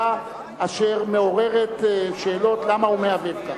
אשר מעוררת שאלות למה הוא מהבהב כך.